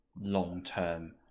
long-term